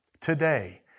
today